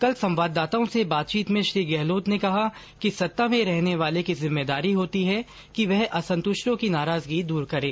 कल संवाददाताओं से बातचीत में श्री गहलोत ने कहा कि सत्ता में रहने वाले की जिम्मेदारी होती है कि वह असंतुष्टों की नाराजगी दूर करे